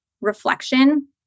reflection